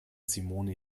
simone